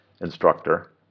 instructor